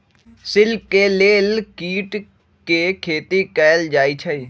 silk के लेल कीट के खेती कएल जाई छई